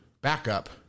backup